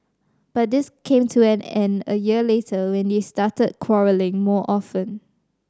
but this came to an end a year later when they started quarrelling more often